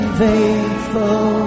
faithful